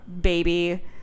baby